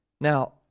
Now